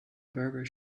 burger